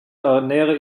ernähre